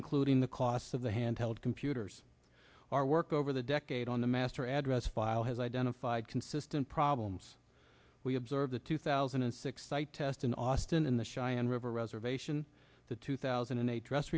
including the cost of the handheld computers our work over the decade on the master address file has identified consistent problems we observe the two thousand and six site test in austin in the cheyenne river reservation the two thousand and eight dress